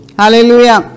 Hallelujah